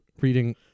reading